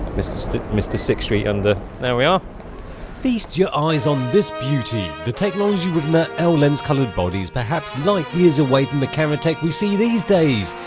mr. mr. six tree under there we are feast your eyes on this beauty the technology with net l lens coloured bodies perhaps like light-years away from the camera tech we see these days.